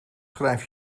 schrijf